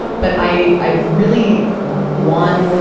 but i, i really want,